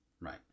Right